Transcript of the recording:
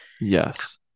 Yes